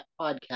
podcast